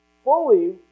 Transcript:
fully